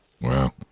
Wow